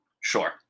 Sure